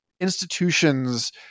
institutions